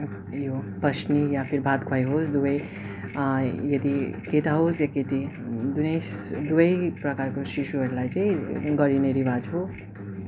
यो पसनी या फिर भात खुवाइ होस् दुवै यदि केटा होस् या केटी दुई दुवै प्रकारको शिशुहरूलाई चाहिँ गरिने रिवाज हो